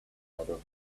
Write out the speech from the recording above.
other